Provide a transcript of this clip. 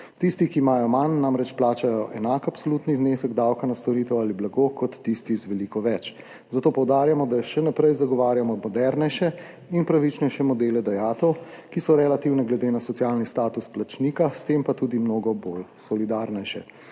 Tisti, ki imajo manj, namreč plačajo enak absolutni znesek davka na storitev ali blago kot tisti z veliko več. Zato poudarjamo, da še naprej zagovarjamo modernejše in pravičnejše modele dajatev, ki so relativni glede na socialni status plačnika, s tem pa tudi mnogo bolj solidarni.